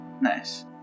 Nice